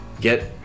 get